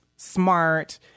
smart